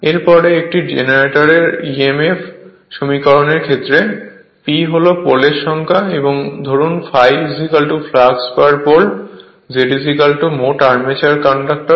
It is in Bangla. এর পরে একটি জেনারেটরের এর emf সমীকরণ এর ক্ষেত্রে P হল পোলর সংখ্যা এবং ধরুন ∅ ফ্লাক্স পার পোল Z মোট আর্মেচার কন্ডাক্টর